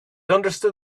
understood